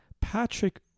Patrick